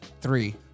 Three